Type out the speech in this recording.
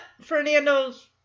Fernando's